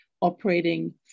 operating